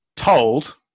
told